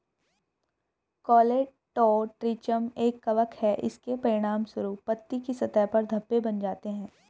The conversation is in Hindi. कोलेटोट्रिचम एक कवक है, इसके परिणामस्वरूप पत्ती की सतह पर धब्बे बन जाते हैं